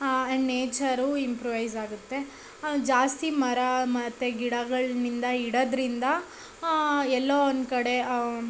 and nature improvise ಆಗುತ್ತೆ ಜಾಸ್ತಿ ಮರ ಮತ್ತು ಗಿಡಗಳಿಂದ ಇಡೋದ್ರಿಂದ ಎಲ್ಲೋ ಒಂದು ಕಡೆ